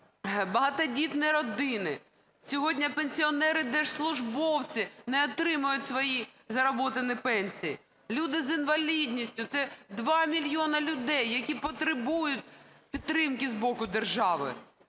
багатодітні родини. Сьогодні пенсіонери-держслужбовці не отримують свої зароблені пенсії. Люди з інвалідністю - це 2 мільйони людей, які потребують підтримки з боку держави.